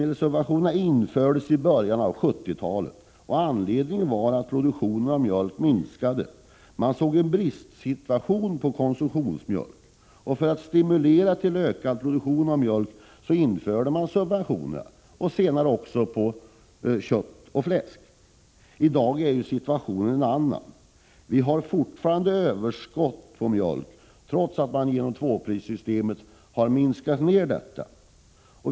De infördes i början av 70-talet, och anledningen var att produktionen av mjölk minskade. Man fick brist på konsumtionsmjölk. För att stimulera till ökad produktion av mjölk infördes som sagt mjölksubventionerna, och senare infördes subventioner också på kött och fläsk. I dag är situationen en annan. Vi har fortfarande överskott på mjölk trots att man genom tvåprissystemet har minskat överskottet.